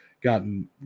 gotten